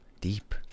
deep